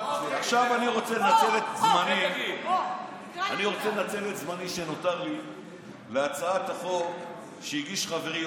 עכשיו אני רוצה לנצל את הזמן שנותר לי להצעת החוק שהגיש חברי,